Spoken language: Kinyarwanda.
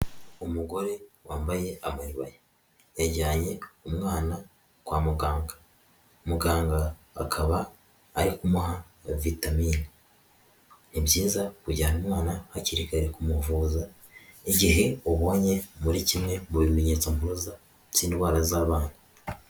Umugore wambaye amaribaya yajyanye umwana kwa muganga, muganga akaba ari kumuha vitamine, ni byiza kujyana umwana hakiri kare kumuvuza, igihe ubonye muri kimwe mu bimenyetso mpuruza by'indwara z'abana.